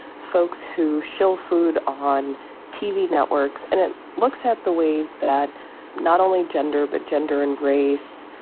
folks who show food on tv networks. and it looks at the ways that not only gender, but gender and race,